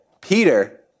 Peter